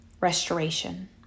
restoration